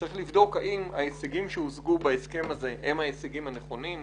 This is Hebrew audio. צריך לבדוק אם ההישגים שהושגו בהסכם זה הם ההסכמים הנכונים,